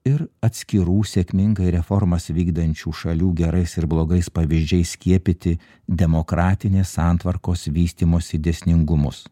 ir atskirų sėkmingai reformas vykdančių šalių gerais ir blogais pavyzdžiais skiepyti demokratinės santvarkos vystymosi dėsningumus